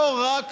לא רק